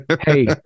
hey